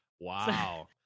Wow